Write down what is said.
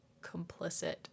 complicit